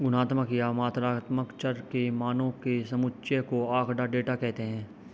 गुणात्मक या मात्रात्मक चर के मानों के समुच्चय को आँकड़ा, डेटा कहते हैं